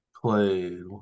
played